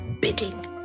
bidding